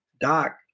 Doc